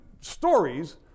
stories